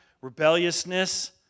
rebelliousness